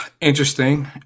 Interesting